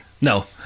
No